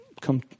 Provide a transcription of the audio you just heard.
come